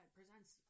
presents